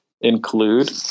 include